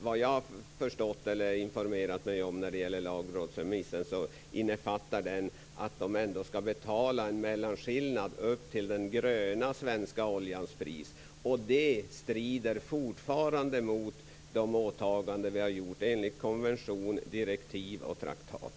Vad jag har kunnat informera mig om vad gäller lagrådsremissen så innefattar den att de skall betala en mellanskillnad upp till den gröna svenska oljans pris. Och det strider fortfarande mot de åtaganden som vi har gjort enligt konvention, direktiv och traktat.